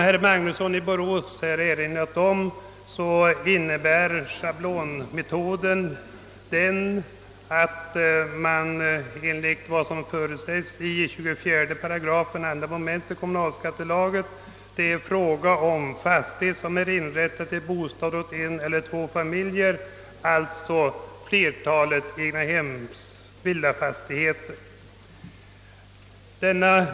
Denna schablonmetod tillämpas enligt föreskrifterna i 24 8 2 mom. kommunalskattelagen på fastighet som inretts till bostad åt en eller två familjer, d.v.s. på flertalet villafastigheter.